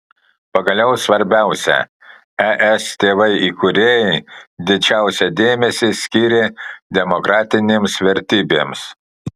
pagaliau svarbiausia es tėvai įkūrėjai didžiausią dėmesį skyrė demokratinėms vertybėms